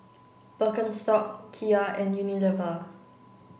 Birkenstock Kia and Unilever